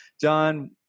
John